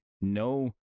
No